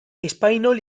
espainol